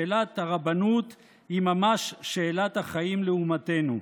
הרי שאלת הרבנות היא ממש שאלת החיים לאומתנו.